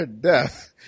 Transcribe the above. death